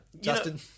Justin